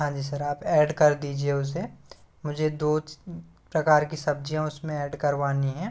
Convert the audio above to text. हाँ जी सर आप ऐड कर दीजिये उसे मुझे दो प्रकार की सब्जियाँ उसमें ऐड करवानी है